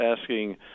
asking